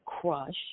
crush